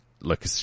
look